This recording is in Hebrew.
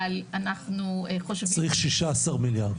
אבל אנחנו חושבים --- צריך 16 מיליארד.